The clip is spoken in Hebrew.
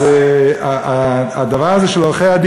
אז הדבר הזה של עורכי-הדין,